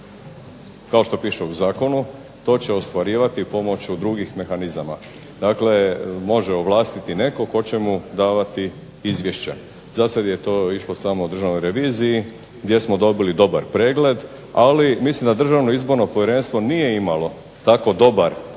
kao što piše u zakonu to će ostvarivati pomoću drugih mehanizama. Dakle, može ovlastiti nekog tko će mu davati izvješća. Zasad je to išlo samo Državnoj reviziji gdje smo dobili dobar pregled, ali mislim da Državno izborno povjerenstvo nije imalo tako dobar pregled